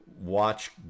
watch